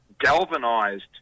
galvanised